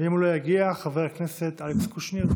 ואם הוא לא יגיע, חבר הכנסת אלכס קושניר.